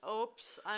Oops